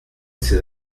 ces